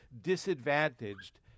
disadvantaged